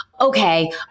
okay